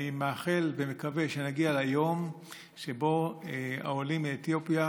אני מאחל ומקווה שנגיע ליום שבו העולים מאתיופיה